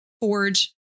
forge